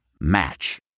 Match